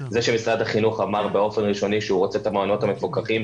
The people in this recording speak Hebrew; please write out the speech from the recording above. זה שמשרד החינוך אמר באופן ראשוני שהוא רוצה את המעונות המפוקחים,